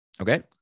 Okay